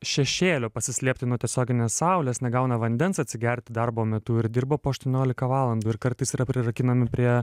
šešėlio pasislėpti nuo tiesioginės saulės negauna vandens atsigerti darbo metu ir dirba po aštuoniolika valandų ir kartais yra prirakinami prie